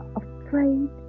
afraid